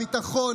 הביטחון,